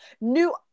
New